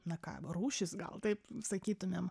na ką rūšis gal taip sakytumėm